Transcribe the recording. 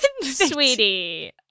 Sweetie